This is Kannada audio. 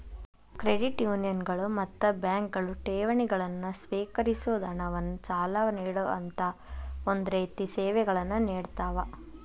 ಕ್ರೆಡಿಟ್ ಯೂನಿಯನ್ಗಳು ಮತ್ತ ಬ್ಯಾಂಕ್ಗಳು ಠೇವಣಿಗಳನ್ನ ಸ್ವೇಕರಿಸೊದ್, ಹಣವನ್ನ್ ಸಾಲ ನೇಡೊಅಂತಾ ಒಂದ ರೇತಿ ಸೇವೆಗಳನ್ನ ನೇಡತಾವ